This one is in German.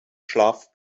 schlaf